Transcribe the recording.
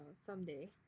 someday